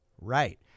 Right